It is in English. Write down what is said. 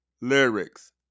Lyrics